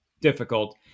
difficult